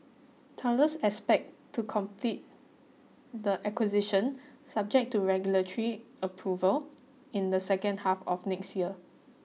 Thales expect to complete the acquisition subject to regulatory approval in the second half of next year